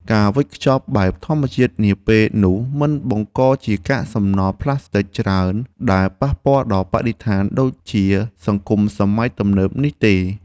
ការវេចខ្ចប់បែបធម្មជាតិនាពេលនោះមិនបង្កជាកាកសំណល់ប្លាស្ទិចច្រើនដែលប៉ះពាល់ដល់បរិស្ថានដូចជាសង្គមសម័យទំនើបនេះទេ។